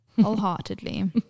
wholeheartedly